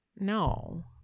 No